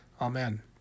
Amen